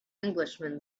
englishman